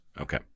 Okay